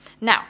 Now